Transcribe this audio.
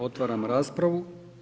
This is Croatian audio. Otvaram raspravu.